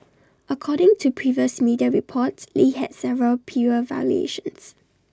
according to previous media reports lee had several prior violations